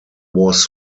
was